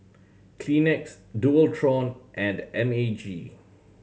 Kleenex Dualtron and M A G